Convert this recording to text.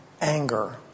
anger